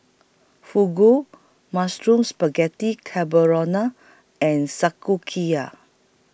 Fugu Mushroom Spaghetti and